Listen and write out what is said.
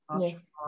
Yes